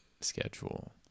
schedule